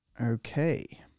Okay